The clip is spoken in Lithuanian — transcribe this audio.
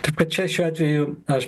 taip kad čia šiuo atveju aš